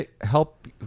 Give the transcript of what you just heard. help